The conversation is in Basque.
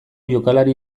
jokalari